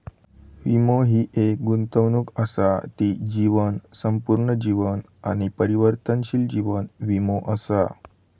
वीमो हि एक गुंतवणूक असा ती जीवन, संपूर्ण जीवन आणि परिवर्तनशील जीवन वीमो असा